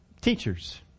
teachers